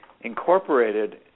incorporated